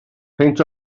peint